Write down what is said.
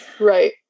Right